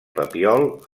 papiol